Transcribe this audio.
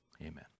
amen